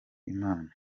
imana